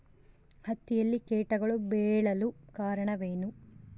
ಹತ್ತಿಯಲ್ಲಿ ಕೇಟಗಳು ಬೇಳಲು ಕಾರಣವೇನು?